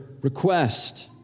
request